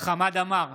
חמד עמאר,